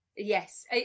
Yes